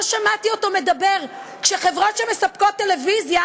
לא שמעתי אותו מדבר כשחברות שמספקות טלוויזיה,